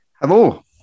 Hello